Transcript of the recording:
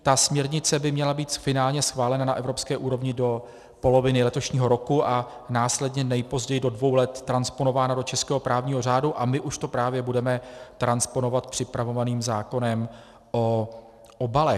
Ta směrnice by měla být finálně schválena na evropské úrovni do poloviny letošního roku a následně nejpozději do dvou let transponována do českého právního řádu a my už to právě budeme transponovat připravovaným zákonem o obalech.